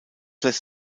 lässt